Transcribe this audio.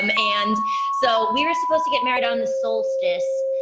um and so, we were supposed to get married on the solstice.